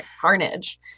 carnage